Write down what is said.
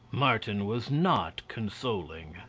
martin was not consoling.